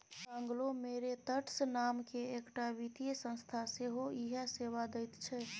conglomerates नामकेँ एकटा वित्तीय संस्था सेहो इएह सेवा दैत छै